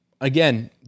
again